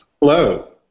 Hello